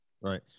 Right